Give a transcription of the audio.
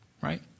right